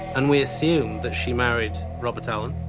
and we assumed that she married robert allen,